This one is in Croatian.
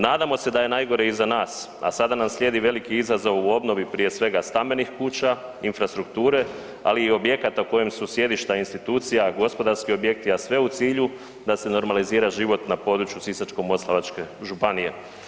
Nadamo se da je najgore iza nas, a sada nam slijedi veliki izazov u obnovi prije svega stambenih kuća, infrastrukture, ali i objekata u kojem su sjedišta institucija, gospodarski objekti, a sve u cilju da se normalizira na području Sisačko-moslavačke županije.